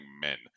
men